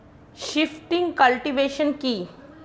Shifting cultivation কি?